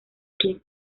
quien